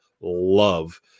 love